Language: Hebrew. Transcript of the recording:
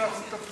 ואנחנו מטפלים,